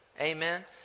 Amen